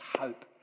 hope